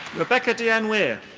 rebecca dyann weir.